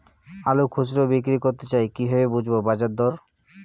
আলু খুচরো বিক্রি করতে চাই কিভাবে বুঝবো বাজার দর?